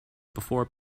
before